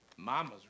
Mama's